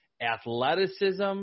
athleticism